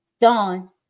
Dawn